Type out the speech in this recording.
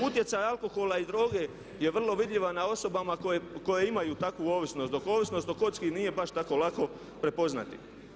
Utjecaj alkohola i droge je vrlo vidljiva na osobama koje imaju takvu ovisnost dok ovisnost o kocki nije baš tako lako prepoznati.